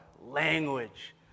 language